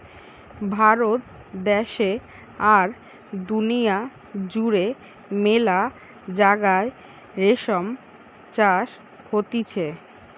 ভারত দ্যাশে আর দুনিয়া জুড়ে মেলা জাগায় রেশম চাষ হতিছে